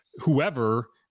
whoever